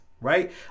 right